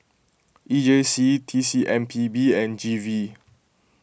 E J C T C M P B and G V